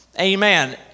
amen